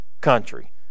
country